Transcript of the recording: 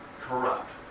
corrupt